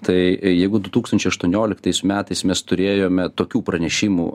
tai jeigu du tūkstančiai aštuonioliktais metais mes turėjome tokių pranešimų